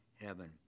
heaven